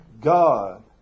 God